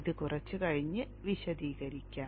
ഇത് കുറച്ച് കഴിഞ്ഞ് വിശദീകരിക്കാം